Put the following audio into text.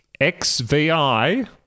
XVI